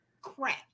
crap